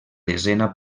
desena